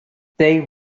they